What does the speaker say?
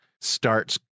starts